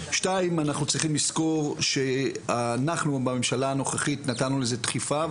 אנחנו צריכים לזכור שאנחנו בממשלה הנוכחית נתנו לזה דחיפה,